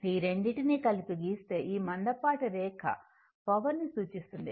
ఈ రెండింటిని కలిపి గిస్తే ఈ మందపాటి రేఖ పవర్ ని సూచిస్తుంది